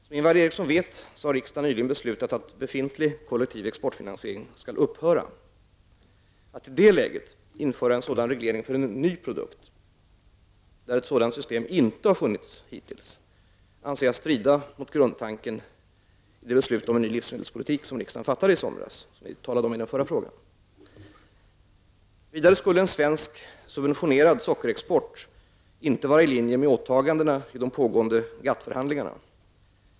Som Ingvar Eriksson vet har riksdagen nyligen beslutat att befintlig kollektiv exportfinansiering skall upphöra. Att i det läget införa en sådan reglering för en ny produkt, där ett sådant system inte funnits hittills, anser jag strida mot grundtanken i det beslut om en ny livsmedelspolitik som riksdagen fattade beslut om i somras och som jag nämnde i mitt förra frågesvar. Vidare skulle en svensk subventionerad sockerexport inte vara i linje med åtagandena i de pågående GATT-förhandlingarna.